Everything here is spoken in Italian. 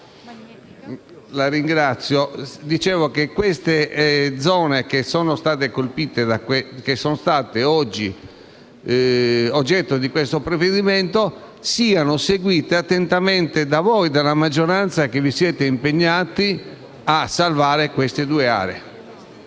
La ringrazio. Dicevo che le zone che sono state oggi oggetto di questo provvedimento devono essere seguite attentamente da voi della maggioranza, che vi siete impegnati a salvare queste due aree.